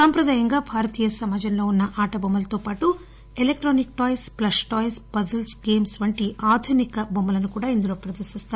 సంప్రదాయంగా భారతీయ సమాజంలో ఉన్న ఆటబొమ్మలతో పాటు electronic toys plus toys puzzles games వంటి ఆధునిక టొమ్మలను కూడా ఇందులో ప్రదర్భిస్తారు